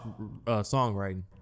songwriting